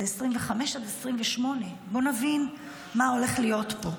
זה 2025 עד 2028. בואו נבין מה הולך להיות פה: